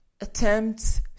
attempts